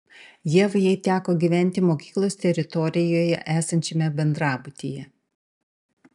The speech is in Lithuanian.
jav jai teko gyventi mokyklos teritorijoje esančiame bendrabutyje